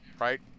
right